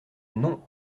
non